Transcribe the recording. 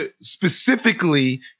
specifically